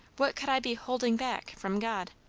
what could i be holding back from god?